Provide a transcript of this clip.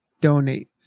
donate